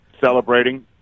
celebrating